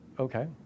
Okay